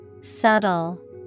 Subtle